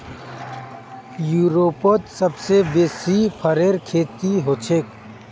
यूरोपत सबसे बेसी फरेर खेती हछेक